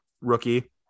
rookie